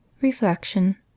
reflection